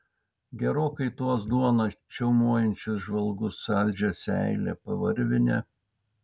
gerokai į tuos duoną čiaumojančius žvalgus saldžią seilę pavarvinę